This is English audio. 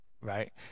Right